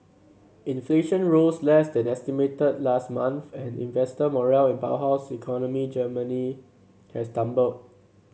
inflation rose less than estimated last month and investor morale in powerhouse economy Germany has tumbled